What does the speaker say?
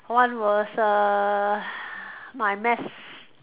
one was err my maths